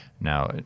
Now